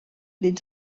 dins